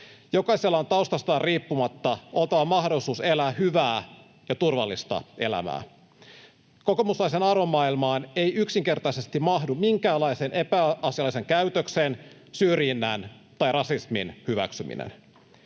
Jokaisella on taustastaan riippumatta oltava mahdollisuus elää hyvää ja turvallista elämää. Kokoomuslaiseen arvomaailmaan ei yksinkertaisesti mahdu minkäänlaisen epäasiallisen käytöksen, syrjinnän tai rasismin hyväksyminen.